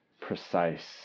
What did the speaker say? precise